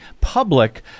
public